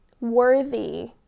worthy